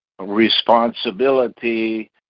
responsibility